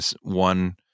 one